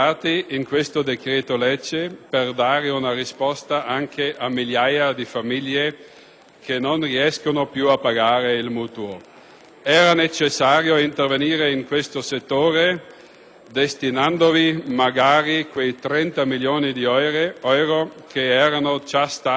che non riescono più a pagare il mutuo. Era necessario intervenire in questo settore destinandovi magari quei 30 milioni di euro già stanziati per tale finalità dal Governo Prodi e per i quali